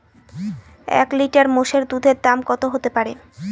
এক লিটার মোষের দুধের দাম কত হতেপারে?